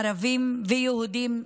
ערבים ויהודים,